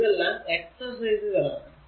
ഇതെല്ലാം എക്സെർസൈസുകൾ ആണ്